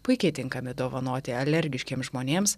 puikiai tinkami dovanoti alergiškiems žmonėms